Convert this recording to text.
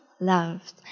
loved